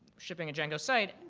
shipping a django site,